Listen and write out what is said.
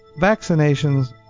Vaccinations